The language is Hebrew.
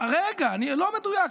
לא מדויק.